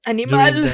Animal